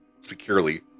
securely